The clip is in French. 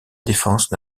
défense